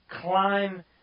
climb